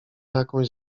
jakąś